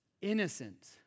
innocent